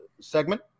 Segment